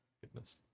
Goodness